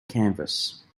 canvas